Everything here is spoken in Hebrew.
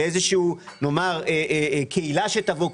לאיזושהי קהילה שתבוא,